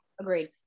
Agreed